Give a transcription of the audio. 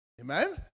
Amen